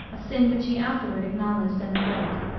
a sin which he afterward acknowledged and regretted.